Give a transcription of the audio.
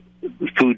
Food